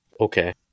Okay